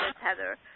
Heather